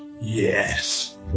yes